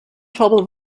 trouble